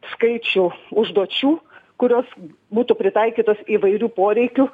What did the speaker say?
skaičių užduočių kurios būtų pritaikytos įvairių poreikių